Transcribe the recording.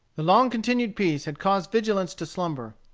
the long-continued peace had caused vigilance to slumber.